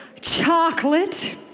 chocolate